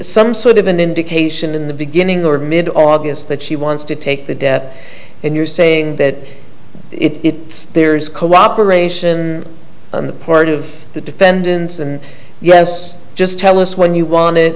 some sort of an indication in the beginning or mid august that she wants to take the death and you're saying that it there is cooperation on the part of the defendants and you has just tell us when you want